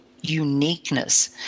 Uniqueness